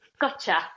Gotcha